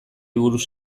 buruz